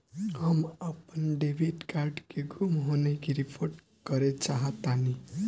हम अपन debit card के गुम होने की रिपोर्ट करे चाहतानी